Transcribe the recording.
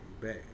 back